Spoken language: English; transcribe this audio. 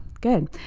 good